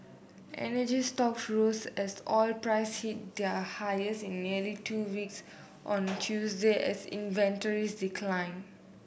energy stock rose as oil price hit their highest in nearly two weeks on Tuesday as inventories decline